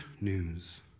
news